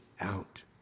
out